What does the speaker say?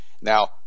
Now